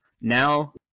Now